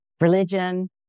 religion